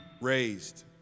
Raised